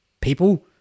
people